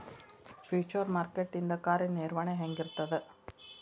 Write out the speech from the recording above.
Future market ಇಂದ್ ಕಾರ್ಯನಿರ್ವಹಣಿ ಹೆಂಗಿರ್ತದ?